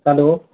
hello